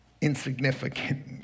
Insignificant